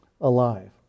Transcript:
alive